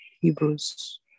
Hebrews